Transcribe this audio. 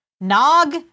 Nog